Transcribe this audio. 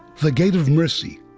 the gate of mercy,